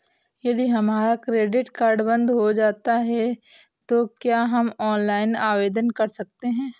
यदि हमारा credit card बंद हो जाता है तो क्या हम ऑनलाइन आवेदन कर सकते हैं?